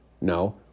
No